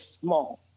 small